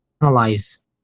analyze